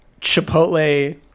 Chipotle